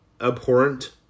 abhorrent